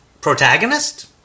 protagonist